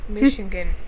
Michigan